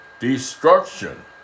destruction